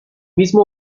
mismo